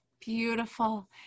beautiful